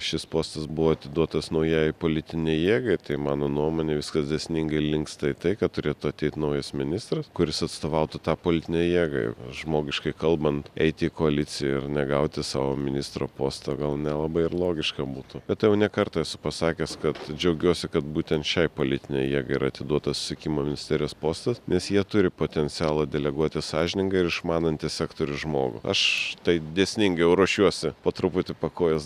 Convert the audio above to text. šis postas buvo atiduotas naujai politinei jėgai tai mano nuomone viskas dėsningai linksta į tai kad turėtų ateit naujas ministras kuris atstovautų tą politinę jėgai žmogiškai kalbant eiti į koaliciją ir negauti savo ministro posto gal nelabai ir logiška būtų apie tai jau ne kartą esu pasakęs kad džiaugiuosi kad būtent šiai politinei jėgai yra atiduotas sekimo ministerijos postas nes jie turi potencialo deleguoti sąžiningą ir išmanantį sektorių žmogų aš tai dėsningiau jau ruošiuosi po truputį pakuojuos